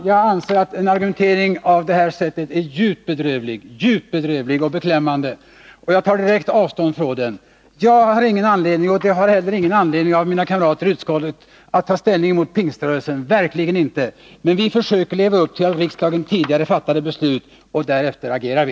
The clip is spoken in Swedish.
Jag anser att en argumentering av detta slag är djupt bedrövlig och beklämmande. Jag tar direkt avstånd från densamma. Jag har ingen anledning -— och det har heller ingen av mina kamrater i utskottet — att ta ställning gentemot Pingströrelsen, verkligen inte. Vi försöker att leva upp till av riksdagen tidigare fattade beslut, och därefter agerar vi.